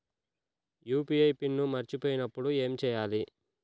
UPI PIN మరచిపోయినప్పుడు ఏమి చేయాలి?